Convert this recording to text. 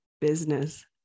business